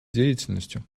деятельностью